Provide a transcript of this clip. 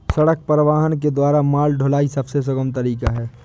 सड़क परिवहन के द्वारा माल ढुलाई सबसे सुगम तरीका है